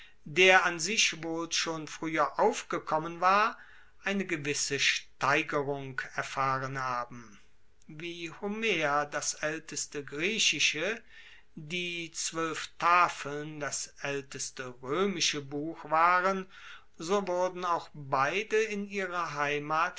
der an sich wohl schon frueher aufgekommen war eine gewisse steigerung erfahren haben wie homer das aelteste griechische die zwoelf tafeln das aelteste roemische buch waren so wurden auch beide in ihrer heimat